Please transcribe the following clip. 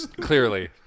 Clearly